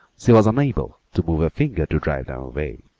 she was unable to move a finger to drive them away.